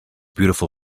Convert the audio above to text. beautiful